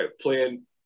playing